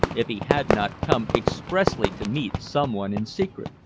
if he had not come expressly to meet someone in secret?